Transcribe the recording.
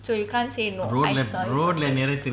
so you can't say no I saw you